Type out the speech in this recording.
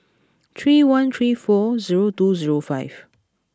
three one three four zero two zero five